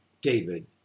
David